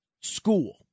school